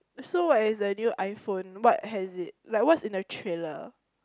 so what is the new iPhone what has it like what's is in the trailer